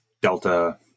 Delta